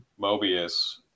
Mobius